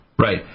Right